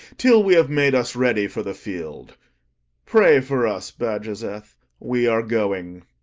till we have made us ready for the field pray for us, bajazeth we are going.